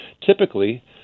typically